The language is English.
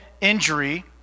injury